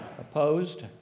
Opposed